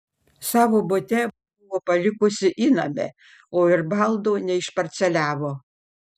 savo bute buvo palikusi įnamę o ir baldų neišparceliavo